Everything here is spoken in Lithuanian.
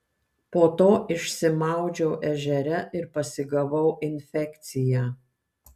po to išsimaudžiau ežere ir pasigavau infekciją